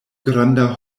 granda